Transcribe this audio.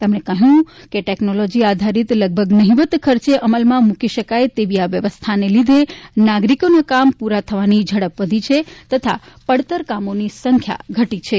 તેમણે કહ્યું કે ટેકનોલોજી આધારિત લગભગ નહીંવત ખર્ચે અમલમાં મૂકી શકાય તેવી આ વ્યવસ્થાના લીધે નાગરિકોના કામો પૂરા થવાની ઝડપ વધી છે તથા પડતર કામોની સંખ્યા ઘટી છે